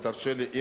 אם תרשה לי,